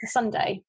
Sunday